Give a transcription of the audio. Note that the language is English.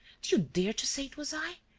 do you dare to say it was i?